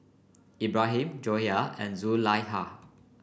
Ibrahim Joyah and Zulaikha